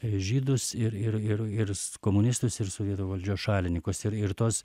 žydus ir ir ir ir komunistus ir sovietų valdžios šalininkus ir ir tos